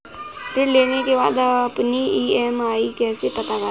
ऋण लेने के बाद अपनी ई.एम.आई कैसे पता करें?